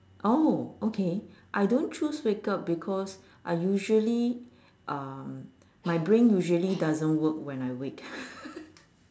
oh okay I don't choose wake up because I usually um my brain usually doesn't work when I wake